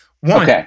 One